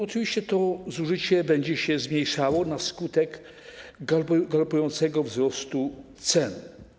Oczywiście to zużycie będzie się zmniejszało na skutek galopującego wzrostu cen.